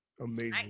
Amazing